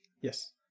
Yes